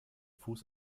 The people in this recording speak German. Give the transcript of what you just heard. fuß